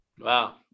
Wow